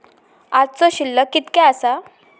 आजचो शिल्लक कीतक्या आसा?